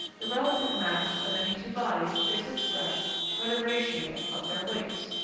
the relative mass of any two bodies is expressed by the ratio of their weights.